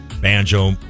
banjo